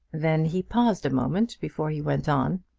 then he paused a moment before he went on.